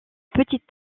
petite